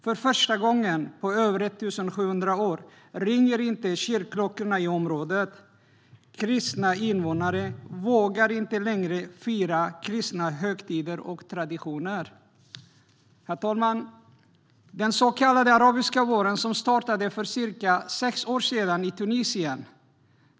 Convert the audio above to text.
För första gången på över 1 700 år ringer inte kyrkklockorna i området, och kristna invånare vågar inte längre fira kristna högtider och traditioner. Herr talman! Den så kallade arabiska våren startade för cirka sex år sedan i Tunisien.